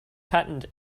patent